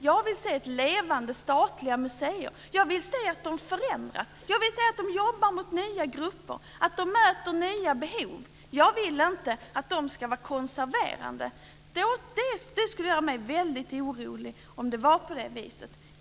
Jag vill se levande statliga museer. Jag vill se att de förändras. Jag vill se att de jobbar mot nya grupper och att de möter nya behov. Jag vill inte att de ska vara konserverande. Det skulle göra mig väldigt orolig om det var på det viset.